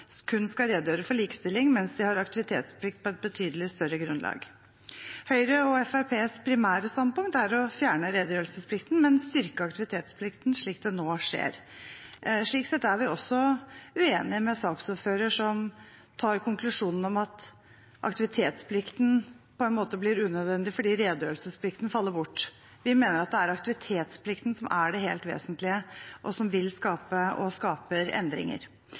kun skal redegjøre for likestilling, mens de har aktivitetsplikt på et betydelig større grunnlag. Høyre og Fremskrittspartiets primære standpunkt er å fjerne redegjørelsesplikten, men styrke aktivitetsplikten slik det nå skjer. Slik sett er vi også uenige med saksordføreren som konkluderer med at aktivitetsplikten på en måte blir unødvendig fordi redegjørelsesplikten faller bort. Vi mener at det er aktivitetsplikten som er det helt vesentlige, og som vil skape, og skaper,